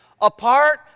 apart